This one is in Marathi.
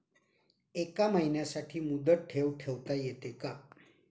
एका महिन्यासाठी मुदत ठेव ठेवता येते का?